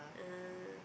ah